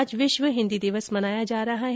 आज विश्व हिंदी दिवस मनाया जा रहा है